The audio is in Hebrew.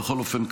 בכל אופן,